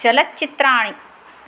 चलच्चित्राणि